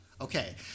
Okay